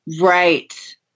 Right